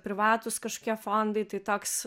privatūs kažkokie fondai tai toks